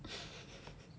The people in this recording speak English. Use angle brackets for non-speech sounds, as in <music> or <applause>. <laughs>